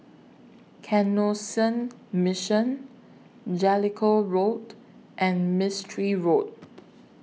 Canossian Mission Jellicoe Road and Mistri Road